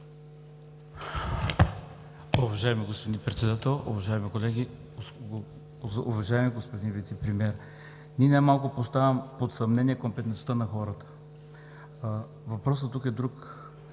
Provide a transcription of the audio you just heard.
Уважаеми господин Председател, уважаеми колеги! Уважаеми господин Вицепремиер, не поставям ни най-малко под съмнение компетентността на хората. Въпросът тук е друг